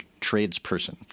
tradesperson